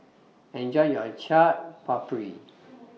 Enjoy your Chaat Papri